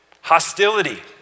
hostility